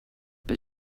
but